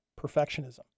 perfectionism